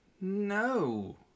No